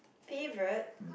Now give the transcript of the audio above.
favourite